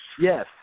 Yes